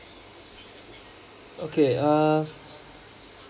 okay err